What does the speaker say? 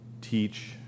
teach